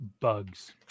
bugs